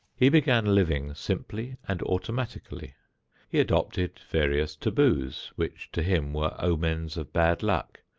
he began living simply and automatically he adopted various taboos which to him were omens of bad luck,